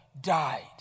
died